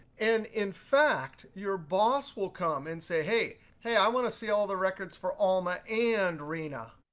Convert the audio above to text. and in fact, your boss will come and say, hey, hey, i want to see all the records for alma and rina.